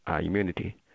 immunity